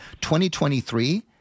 2023